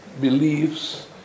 beliefs